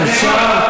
אני מתחייב לך.